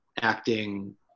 acting